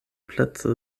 plätze